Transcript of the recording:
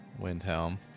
Windhelm